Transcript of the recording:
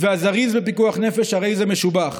ו"הזריז בפיקוח נפש הרי זה משובח".